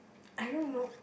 I don't know